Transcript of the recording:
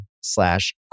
slash